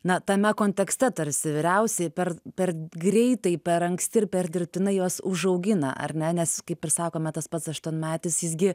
na tame kontekste tarsi vyriausi per per greitai per anksti ir per dirbtinai juos užaugina ar ne nes kaip ir sakome tas pats aštuonmetis jis gi